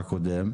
אתם